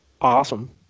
Awesome